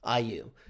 IU